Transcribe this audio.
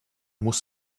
muss